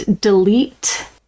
delete